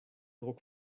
druck